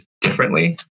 differently